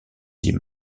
dix